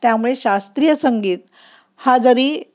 त्यामुळे शास्त्रीय संगीत हा जरी